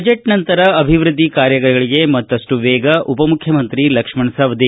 budget ನಂತರ ಅಭಿವೃದ್ದಿ ಕಾರ್ಯಗಳಿಗೆ ಮತ್ತಷ್ಟು ವೇಗ ಉಪಮುಖ್ಯಮಂತ್ರಿ ಲಕ್ಷ್ಣ ಸವದಿ